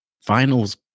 finals